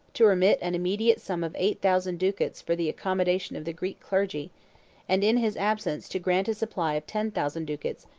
to remit an immediate sum of eight thousand ducats for the accommodation of the greek clergy and in his absence to grant a supply of ten thousand ducats,